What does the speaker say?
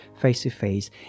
face-to-face